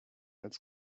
als